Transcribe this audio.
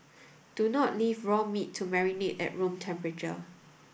do not leave raw meat to marinate at room temperature